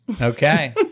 Okay